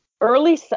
early